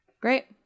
Great